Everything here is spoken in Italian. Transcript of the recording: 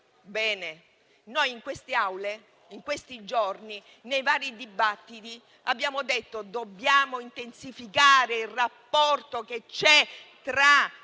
Bene: in queste Aule, in questi giorni, nei vari dibattiti abbiamo detto che dobbiamo intensificare il rapporto che c'è tra